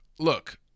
Look